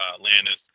Landis